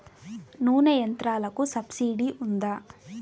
నూనె యంత్రాలకు సబ్సిడీ ఉందా?